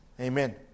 amen